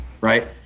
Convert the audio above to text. right